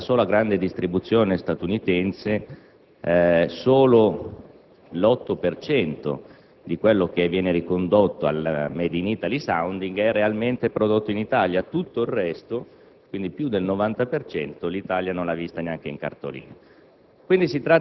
nella sola, grande distribuzione statunitense soltanto l'8 per cento di quello che viene ricondotto al *made in Italy* *sounding* è realmente prodotto in Italia; tutto il resto (più del 90 per cento) l'Italia non l'ha vista neanche in cartolina.